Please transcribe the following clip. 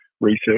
research